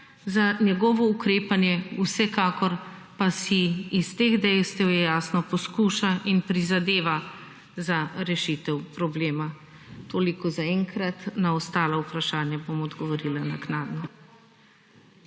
za njegovo ukrepanje, vsekakor pa si, iz teh dejstev je jasno, poskuša in prizadeva za rešitev problema. Toliko zaenkrat. Na ostala vprašanja bom odgovorila naknadno.